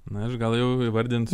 na aš gal jau įvardinsiu